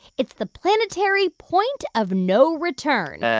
it's the planetary point of no return.